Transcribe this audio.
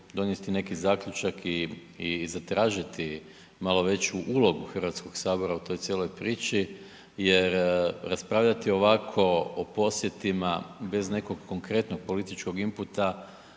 donijeti neki zaključak i, i zatražiti malo veću ulogu HS u toj cijeloj priči jer raspravljati ovako o posjetima bez nekog konkretnog političkog inputa